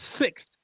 sixth